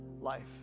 life